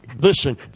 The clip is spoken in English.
Listen